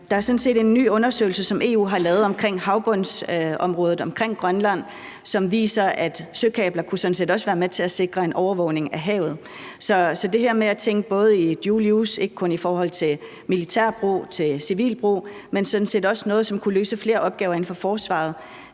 Der er en ny undersøgelse, som EU har lavet omkring havbundsområdet omkring Grønland, som viser, at søkabler sådan set også kunne være med til at sikre en overvågning af havet. Så der er det her med at tænke i dual use i forhold til militær brug og civil brug, og det er sådan set også noget, som kunne løse flere opgaver inden for forsvaret.